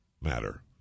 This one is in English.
matter